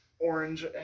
Orange